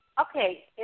okay